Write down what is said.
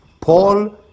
Paul